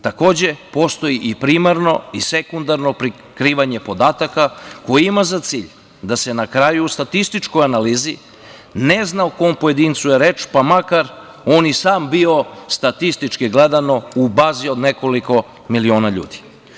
Takođe, postoji i primarno i sekundarno prikrivanje podataka koji ima za cilj da se na kraju i statističkoj analizi ne zna o kom pojedincu je reč, pa makar on i sam bio statistički gledano u bazi od nekoliko miliona ljudi.